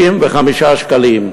55 שקלים.